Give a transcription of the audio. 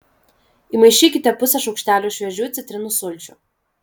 įmaišykite pusę šaukštelio šviežių citrinų sulčių